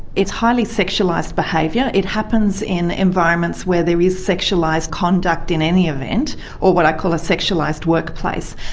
it's highly sexualised behaviour. it happens in environments where there is sexualised conduct in any event or what i call a sexualised workplace,